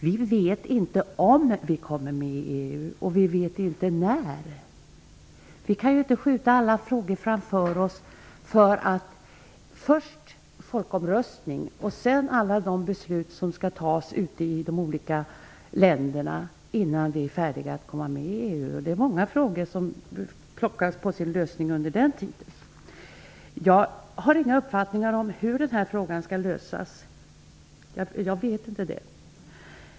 Vi vet ju inte om eller när vi kommer med i EU. Vi kan inte skjuta alla frågor framför oss och vänta först på folkomröstningen och sedan på beslut i de olika länderna, innan vi är färdiga att komma med i EU. Många frågor pockar på sin lösning under tiden. Jag har ingen uppfattning om hur denna fråga skall lösas.